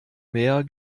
mehr